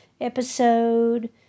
episode